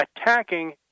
attacking